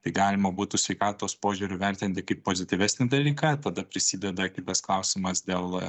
tai galima būtų sveikatos požiūriu vertinti kaip pozityvesnį dalyką tada prisideda kitas klausimas dėl